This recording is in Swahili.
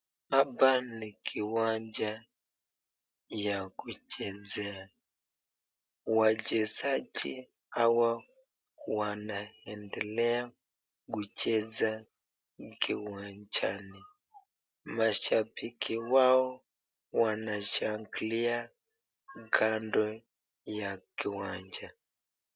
Hapa ni kiwanja ya kuchezea. Wachezaji hawa wanaendelea kucheza kiwanjani. Mashabiki wao wanashangilia kando ya kiwanja